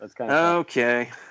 Okay